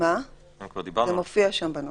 זה מופיע שם בנוסח.